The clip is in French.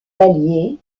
vallier